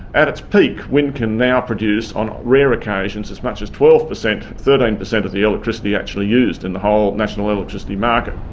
at its peak, wind can now produce, on rare occasions, as much as twelve percent, thirteen percent of the electricity actually used in the whole national electricity market.